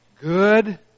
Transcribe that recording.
good